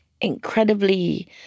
incredibly